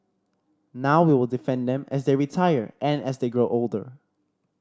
now we will defend them as they retire and as they grow older